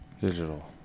digital